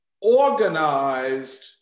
organized